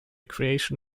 creation